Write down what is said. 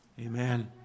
Amen